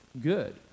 Good